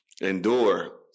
endure